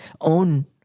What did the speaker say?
own